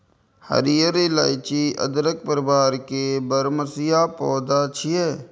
हरियर इलाइची अदरक परिवार के बरमसिया पौधा छियै